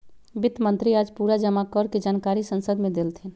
वित्त मंत्री आज पूरा जमा कर के जानकारी संसद मे देलथिन